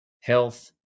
health